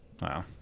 Wow